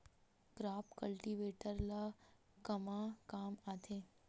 Crop cultivator ला कमा काम आथे?